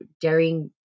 daring